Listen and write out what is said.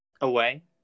away